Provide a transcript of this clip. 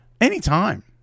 Anytime